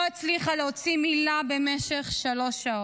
לא הצליחה להוציא מילה במשך שלוש שעות.